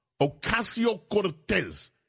Ocasio-Cortez